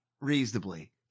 reasonably